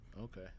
Okay